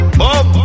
boom